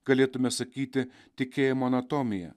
galėtume sakyti tikėjimo anatomija